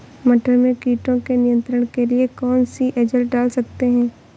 मटर में कीटों के नियंत्रण के लिए कौन सी एजल डाल सकते हैं?